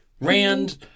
Rand